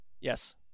Yes